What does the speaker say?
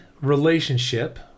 relationship